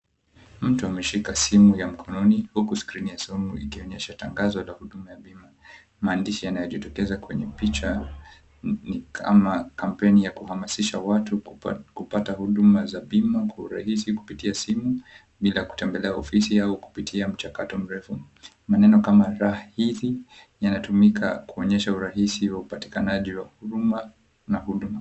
Mtu ameshika simu ya mkononi huku skirini ya simu ikionyesha tangazo ya huduma ya bima. Maandishi yanayojitokeza kwenye picha ni kama kampeini ya kuhamasisha watu kupata huduma za bima kwa urahisi kupitia simu bila kutembelea ofisi au kupitia mchakato mrefu. Maneno kama Rahisi yanatumika kuonyesha urahisi ya upatikanaji ya huduma na huduma.